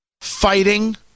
fighting